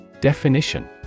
Definition